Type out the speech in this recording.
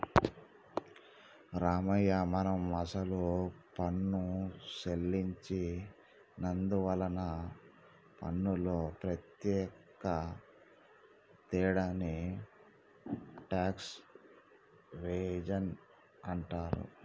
రామయ్య మనం అసలు పన్ను సెల్లించి నందువలన పన్నులో ముఖ్య తేడాని టాక్స్ ఎవేజన్ అంటారు